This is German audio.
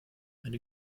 eine